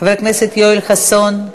חבר הכנסת יואל חסון,